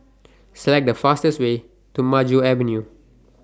Select The fastest Way to Maju Avenue